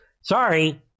Sorry